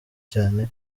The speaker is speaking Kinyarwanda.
cyane